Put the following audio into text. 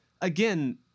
again